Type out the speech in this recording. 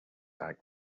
like